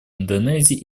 индонезии